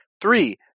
Three